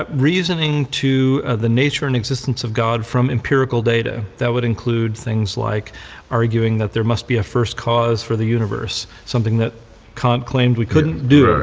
ah reasoning to the nature and existence of god from empirical data. that would include things like arguing that there must be a first cause for the universe, something that kant claimed we couldn't do,